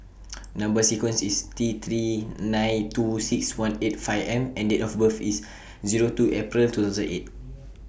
Number sequence IS T three nine two six one eight five M and Date of birth IS Zero two April two thousand eight